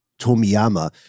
Tomiyama